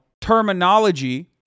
terminology